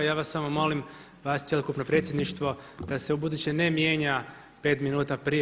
Ja vas samo molim, vas i cjelokupno predsjedništvo da se ubuduće ne mijenja 5 minuta prije.